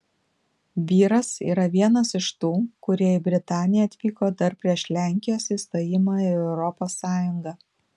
vyras yra vienas iš tų kurie į britaniją atvyko dar prieš lenkijos įstojimą į europos sąjungą